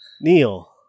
Neil